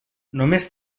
només